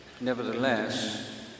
Nevertheless